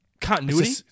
continuity